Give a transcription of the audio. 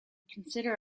consider